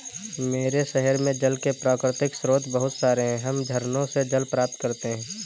मेरे शहर में जल के प्राकृतिक स्रोत बहुत सारे हैं हम झरनों से जल प्राप्त करते हैं